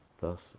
Thus